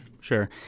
Sure